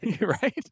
Right